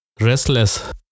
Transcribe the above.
restless